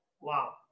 Wow